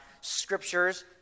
scriptures